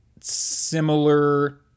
similar